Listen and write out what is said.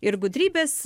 ir gudrybės